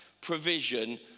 provision